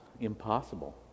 impossible